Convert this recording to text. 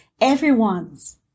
everyone's